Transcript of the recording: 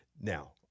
Now